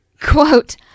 quote